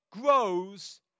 grows